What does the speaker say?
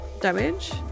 damage